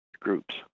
groups